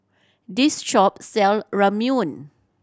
this shop sell Ramyeon